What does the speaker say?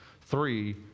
Three